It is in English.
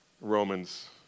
Romans